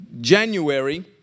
January